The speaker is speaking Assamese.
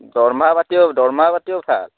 দৰমাহ পাতিও দৰমাহ পতিও ভাল